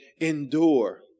endure